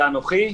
זה אנוכי.